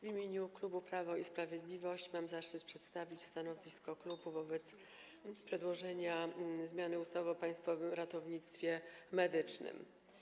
W imieniu klubu Prawo i Sprawiedliwość mam zaszczyt przedstawić stanowisko klubu wobec przedłożonego projektu ustawy o zmianie ustawy o Państwowym Ratownictwie Medycznym.